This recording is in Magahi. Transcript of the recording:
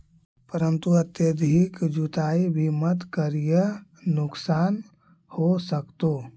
परंतु अत्यधिक जुताई भी मत करियह नुकसान हो सकतो